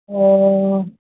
অ'